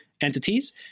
entities